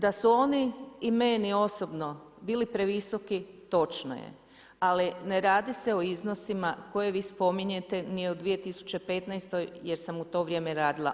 Da su oni i meni osobno bili previsoki točno je, ali ne radi se o iznosima koje vi spominjete ni o 2015. jer sam u to vrijeme radila.